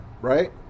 right